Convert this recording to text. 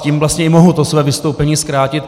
Tím vlastně mohu své vystoupení zkrátit.